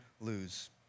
lose